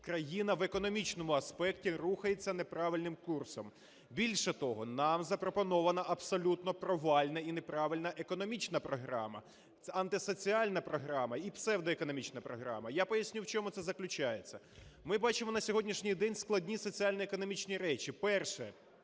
країна в економічному аспекті рухається неправильним курсом. Більше того, нам запропонована абсолютно провальна і неправильна економічна програма, антисоціальна програма і псевдоекономічна програма. Я поясню, в чому це заключається. Ми бачимо на сьогоднішній день складні соціально-економічні речі. Перше.